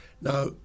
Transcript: Now